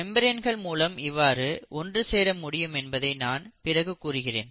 மெம்பிரன்கள் மூலம் இவ்வாறு ஒன்று சேர முடியும் என்பதை நான் பிறகு கூறுகிறேன்